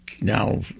now